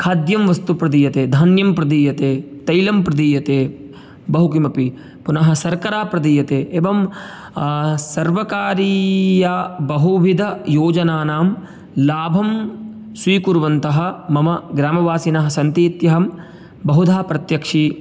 खाद्यं वस्तु प्रदीयते धान्यं प्रदीयते तैलं प्रदीयते बहुकिमपि पुनः शर्करा प्रदीयते एवं सर्वकारीया बहुविधयोजनानां लाभं स्वीकुर्वन्तः मम ग्रामवासिनः सन्ति इत्यहं बहुधा प्रत्यक्षी